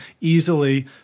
easily